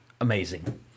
amazing